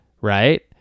right